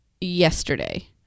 yesterday